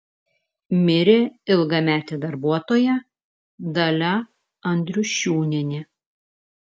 mirė ilgametė darbuotoja dalia andriušiūnienė